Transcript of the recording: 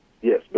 Yes